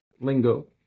lingo